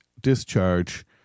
discharge